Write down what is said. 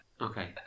Okay